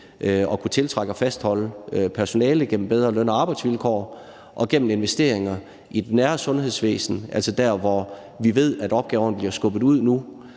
at kunne tiltrække og fastholde personale gennem bedre løn- og arbejdsvilkår og gennem investeringer i det nære sundhedsvæsen, altså der, hvor vi ved, at opgaverne nu bliver skubbet ud til